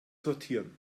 sortieren